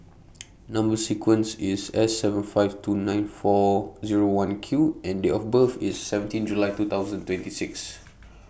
Number sequence IS S seven five two nine four Zero one Q and Date of birth IS seventeen July two thousand twenty six